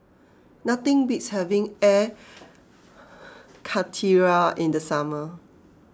nothing beats having Air Karthira in the summer